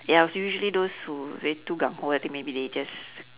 ya so usually those who re~ too gung ho I think maybe they just